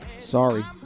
sorry